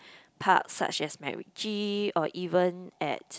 parks such as MacRitchie or even at